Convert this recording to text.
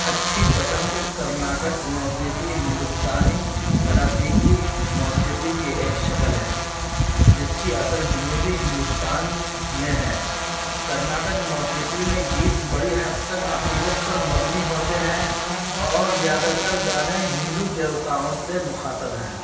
اچھی پسند کرناٹک موسیقی ہندوستانی کلاسیکی موسیقی کی ایک شکل ہے جس کی اصل جنوبی ہندوستان میں ہے کرناٹک موسیقی میں گیت بڑی حد تک عقیدت پر مبنی ہوتے ہیں اور زیادہ تر گانے ہندو دیوتاؤں سے مخاطب ہیں